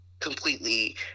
completely